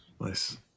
Nice